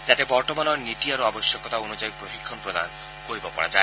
যাতে বৰ্তমানৰ নীতি আৰু আৱশ্যকতা অনুযায়ী প্ৰশিক্ষণ প্ৰদান কৰিব পৰা যায়